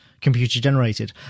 computer-generated